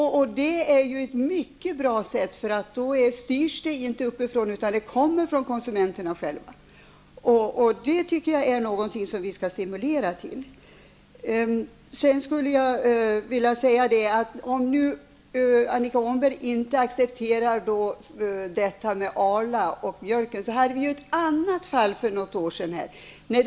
Det är ett mycket bra sätt, eftersom det inte sker en styrning uppifrån utan kommer från konsumenterna själva. Det är något som vi skall stimulera. Om nu Annika Åhnberg inte accepterar exemplet med mjölken och Arla, kan jag nämna ett annat fall, som vi hade för något år sedan.